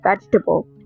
vegetable